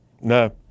No